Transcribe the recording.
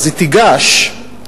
תיגש,